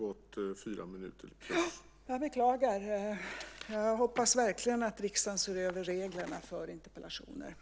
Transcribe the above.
Jag beklagar. Jag hoppas verkligen att riksdagen ser över reglerna för interpellationsdebatter.